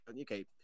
okay